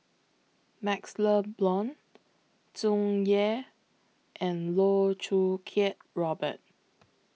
MaxLe Blond Tsung Yeh and Loh Choo Kiat Robert